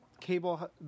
Cable